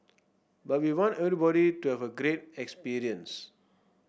but we want everybody to have a great experience